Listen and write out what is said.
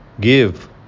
give